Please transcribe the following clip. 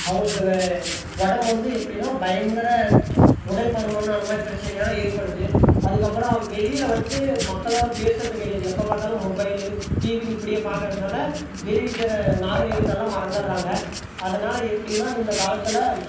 அவங்குளுக்கு உடம்பு வந்து எப்படினா பயங்கர உடல் பருமன் அந்தமாதிரி பிரச்சனைலாம் ஏற்படுது அதுக்கப்புறம் வெளியில் வந்து மக்களோடு பேசுவது கிடையாது எப்போ பார்த்தாலும் மொபைல் டிவின்னு இப்படியே பார்க்கறதுனால வெளிலேருக்குற நாகரீகத்தல்லாம் மறந்துடறாங்க அதனால் எப்படின்னா இந்த காலத்தில்